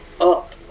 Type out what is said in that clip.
up